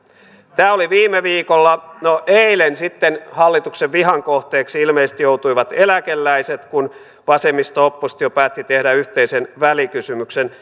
tämä oli viime viikolla no eilen sitten hallituksen vihan kohteeksi ilmeisesti joutuivat eläkeläiset kun vasemmisto oppositio päätti tehdä yhteisen välikysymyksen